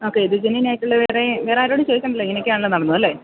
okay ആയിട്ടുള്ള വേറെ വേറെയാരോടും ചോദിക്കേണ്ടല്ലോ ഇങ്ങനെയൊക്കെ ആണല്ലോ നടന്നത് അല്ലേ